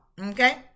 okay